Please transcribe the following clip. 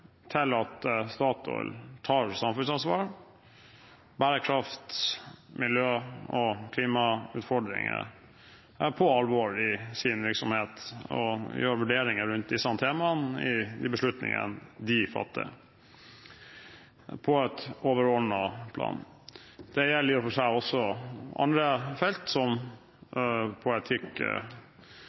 at Statoil tar samfunnsansvar, bærekraft, miljø og klimautfordringer på alvor i sin virksomhet og gjør vurderinger rundt disse temaene i de beslutningene de fatter på et overordnet plan. Det gjelder i og for seg også på andre felt, som